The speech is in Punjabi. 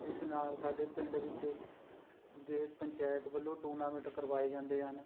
ਜਿਸ ਨਾਲ਼ ਸਾਡੇ ਪਿੰਡ ਵਿੱਚ ਦੇ ਪੰਚਾਇਤ ਵੱਲੋਂ ਟੂਰਨਾਮੈਂਟ ਕਰਵਾਏ ਜਾਂਦੇ ਹਨ